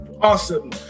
Awesome